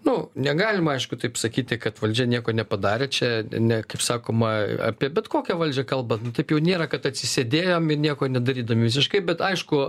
nu negalima aišku taip sakyti kad valdžia nieko nepadarė čia ne kaip sakoma apie bet kokią valdžią kalbant nu taip jau nėra kad atsisėdėjom ir nieko nedarydami visiškai bet aišku